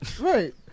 Right